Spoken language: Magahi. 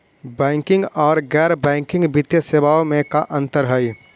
बैंकिंग और गैर बैंकिंग वित्तीय सेवाओं में का अंतर हइ?